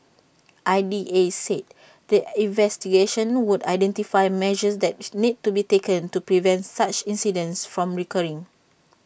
I D A said the investigations would identify measures that is need to be taken to prevent such incidents from recurring